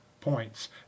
points